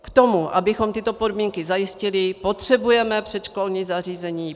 K tomu, abychom tyto podmínky zajistili, potřebujeme předškolní zařízení.